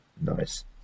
nice